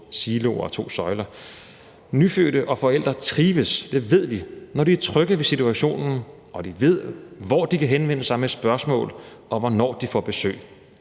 eller to søjler. Nyfødte og forældre trives, det ved vi, når de er trygge ved situationen, og når de ved, hvor de kan henvende sig med spørgsmål, og hvornår de får besøg.